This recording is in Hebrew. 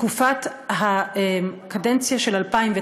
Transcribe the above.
בתקופת הקדנציה של 2009,